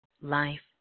life